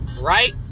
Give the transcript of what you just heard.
Right